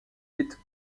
pitt